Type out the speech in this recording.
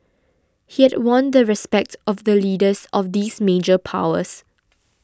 he had won the respect of the leaders of these major powers